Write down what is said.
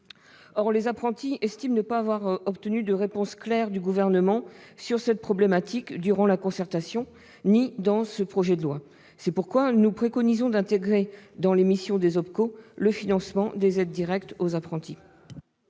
Or les apprentis estiment ne pas avoir obtenu de réponse claire du Gouvernement sur ce sujet durant la concertation, non plus que dans le projet de loi. C'est pourquoi nous proposons d'intégrer dans les missions des OPCO le financement des aides directes aux apprentis.